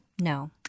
No